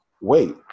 wait